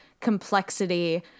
complexity